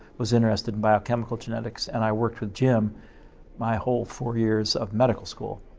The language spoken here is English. was interested in biochemical genetics. and, i worked with jim my whole four years of medical school.